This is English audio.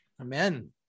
Amen